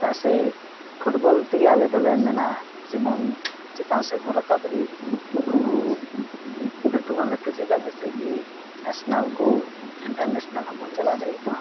ᱪᱮᱫᱟᱜ ᱥᱮ ᱯᱷᱩᱴᱵᱚᱞ ᱛᱮᱜᱮ ᱟᱞᱮ ᱫᱚᱞᱮ ᱢᱮᱱᱟ ᱡᱮᱢᱚᱱ ᱪᱮᱛᱟᱱ ᱥᱮᱫᱵᱚᱱ ᱨᱟᱠᱟᱵ ᱫᱟᱲᱮᱜ ᱟᱵᱚ ᱞᱟᱹᱴᱩ ᱠᱷᱚᱱ ᱞᱟᱹᱴᱩ ᱡᱟᱭᱜᱟ ᱡᱮᱭᱥᱮ ᱠᱤ ᱱᱮᱥᱱᱮᱞ ᱠᱚ ᱤᱱᱴᱟᱨᱱᱮᱥᱱᱮᱞ ᱦᱚᱸᱵᱚᱱ ᱪᱟᱞᱟᱣ ᱫᱟᱲᱮᱭᱟᱜ ᱢᱟ